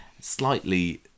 slightly